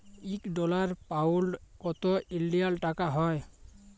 ইক dollar, pound কত ইলডিয়াল টাকা হ্যয়